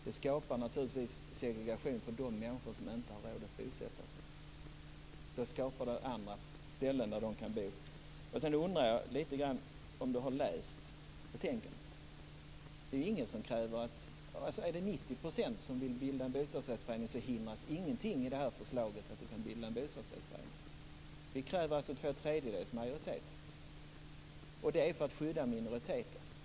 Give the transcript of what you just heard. Det skapar naturligtvis segregation för de människor som inte har råd att bosätta sig där. Då skapas det andra ställen där de kan bo. Jag undrar lite grann om du har läst betänkandet. Om det är 90 % av hyresgästerna som vill bilda en bostadsrättsförening är det ingenting i detta förslag som hindrar bildandet av en bostadsrättsförening. Vi kräver tvåtredjedels majoritet. Det gör vi för att skydda minoriteter.